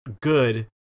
good